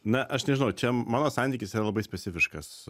na aš nežinau čia mano santykis yra labai specifiškas